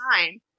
time